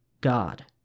God